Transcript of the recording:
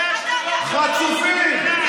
חצופים.